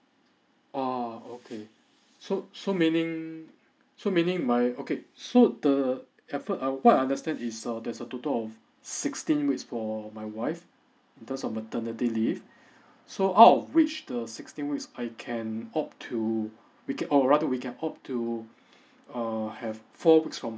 oh okay so so meaning so meaning my okay so the effort what I understand is uh there's a total of sixteen weeks for my wife in terms of maternity leave so out of which the sixteen weeks I can opt to we can or rather we can opt to err have four weeks from